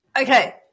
Okay